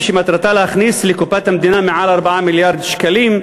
שמטרתה להכניס לקופת המדינה יותר מ-4 מיליארד שקלים,